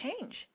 change